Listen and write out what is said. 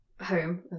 home